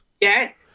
Yes